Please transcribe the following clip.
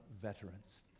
veterans